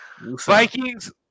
Vikings